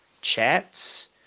chats